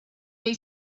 they